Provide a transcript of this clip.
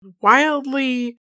wildly